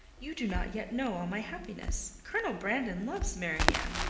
you do not yet know all my happiness. colonel brandon loves marianne.